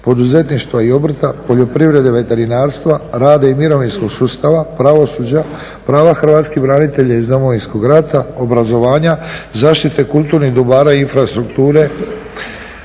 poduzetništva i obrta, poljoprivrede, veterinarstva, rada i mirovinskog sustava, pravosuđa, prava hrvatskih branitelja iz Domovinskog rata, obrazovanja, zaštite kulturnih dobara i infrastrukture.